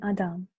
Adam